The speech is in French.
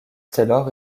taylor